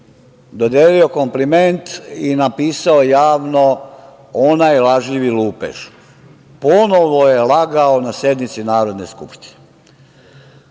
dodelio kompliment i napisao javno - onaj lažljivi lupež, ponovo je lagao na sednici Narodne skupštine.